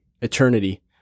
eternity